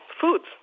foods